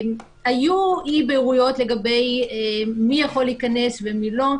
היו אי בהירויות לגבי מי יכול להיכנס ומי לא.